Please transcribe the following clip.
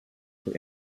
for